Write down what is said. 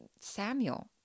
Samuel